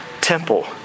temple